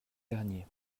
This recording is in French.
dernier